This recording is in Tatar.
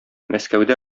мәскәүдә